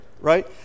right